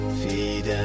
feed